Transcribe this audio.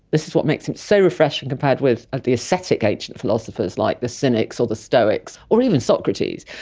this is what makes it so refreshing compared with the aesthetic ancient philosophers like the cynics or the stoics or even socrates,